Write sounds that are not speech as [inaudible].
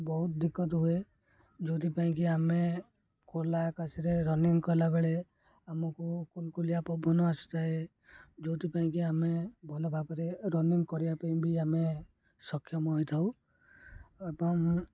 ବହୁତ [unintelligible] ହୁଏ ଯେଉଁଥିପାଇଁ କିି ଆମେ ଖୋଲା ଆକାଶରେ ରନିଙ୍ଗ କଲାବେଳେ ଆମକୁ କୁଲକୁୁଲିଆ ପବନ ଆସୁଥାଏ ଯେଉଁଥିପାଇଁ କିି ଆମେ ଭଲ ଭାବରେ ରନିଙ୍ଗ କରିବା ପାଇଁ ବି ଆମେ ସକ୍ଷମ ହୋଇଥାଉ ଏବଂ